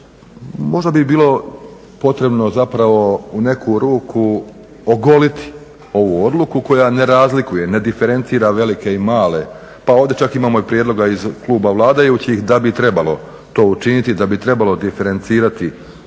Možda bi bilo potrebno zapravo u neku ruku ogoliti ovu odluku koja ne razlikuje, ne diferencira velike i male. Pa ovdje čak imamo i prijedlog iz Kluba vladajućih da bi trebalo to učiniti, da bi trebalo diferencirati